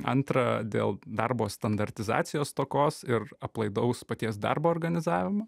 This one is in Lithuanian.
antra dėl darbo standartizacijos stokos ir aplaidaus paties darbo organizavimo